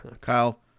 Kyle